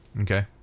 Okay